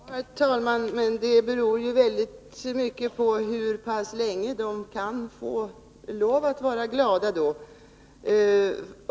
Herr talman! Det beror mycket på hur pass länge de får lov att vara glada.